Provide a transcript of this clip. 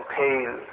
pale